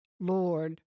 Lord